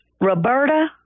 Roberta